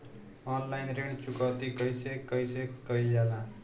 Online ऋण चुकौती कइसे कइसे कइल जाला?